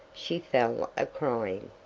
she fell a-crying.